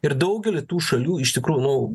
ir daugely tų šalių iš tikrųjų nu